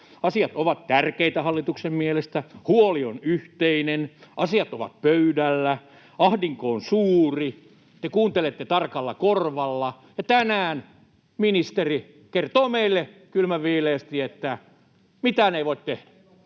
Asiat ovat tärkeitä hallituksen mielestä, huoli on yhteinen, asiat ovat pöydällä, ahdinko on suuri, te kuuntelette tarkalla korvalla — ja tänään ministeri kertoo meille kylmän viileästi, että mitään ei voi tehdä.